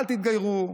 אל תתגיירו,